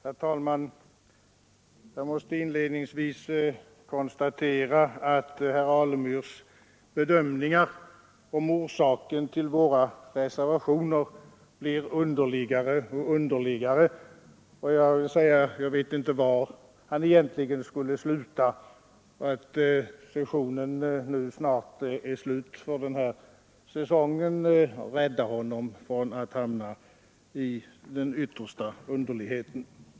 Herr talman! Jag måste inledningsvis konstatera att herr Alemyrs bedömningar av orsaken till våra reservationer blir underligare och underligare. Jag vet inte var han skulle sluta, om sessionen inte snart vore över för den här gången, något som räddar honom från den yttersta underligheten.